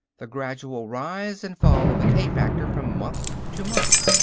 the gradual rise and fall of the k-factor from month to month.